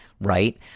Right